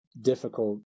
difficult